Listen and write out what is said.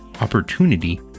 opportunity